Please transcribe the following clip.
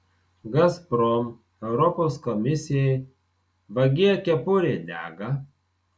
gazprom europos komisijai vagie kepurė dega